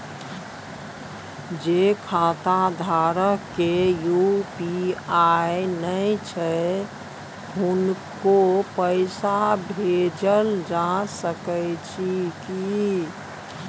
जे खाता धारक के यु.पी.आई नय छैन हुनको पैसा भेजल जा सकै छी कि?